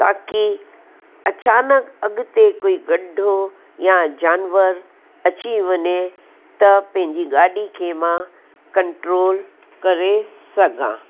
ताकि अचानक अॻिते कोई गड्डो या जानवर अची वञे त पंहिंजी गाॾी खे मां कंट्रोल करे सघां